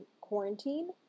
quarantine